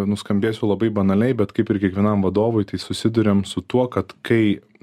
nuskambėsiu labai banaliai bet kaip ir kiekvienam vadovui tai susiduriam su tuo kad kai